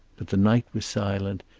but the night was silent,